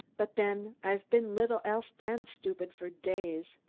but then, i've been little else than stupid for days.